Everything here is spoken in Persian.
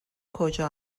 کجا